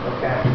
Okay